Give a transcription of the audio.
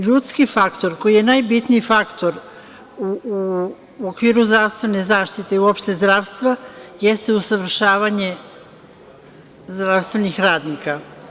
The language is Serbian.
LJudski faktor koji je najbitniji faktor u okviru zdravstvene zaštite i uopšte zdravstva, jeste usavršavanje zdravstvenih radnika.